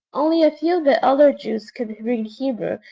only a few of the elder jews could read hebrew,